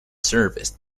serviced